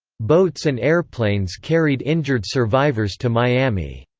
boats and airplanes carried injured survivors to miami.